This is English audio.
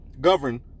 govern